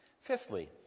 Fifthly